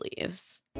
leaves